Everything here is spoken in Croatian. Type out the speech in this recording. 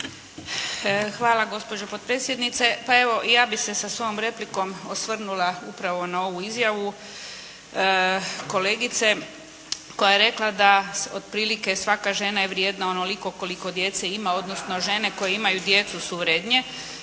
Hvala gospođo potpredsjednice. Pa evo, ja bih se sa svojom replikom osvrnula upravo na ovu izjavu kolegice koja je rekla da otprilike svaka žena je vrijedna onoliko koliko djece ima, odnosno žene koje imaju djecu su vrjednije.